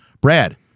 brad